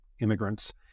immigrants